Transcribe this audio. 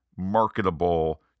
marketable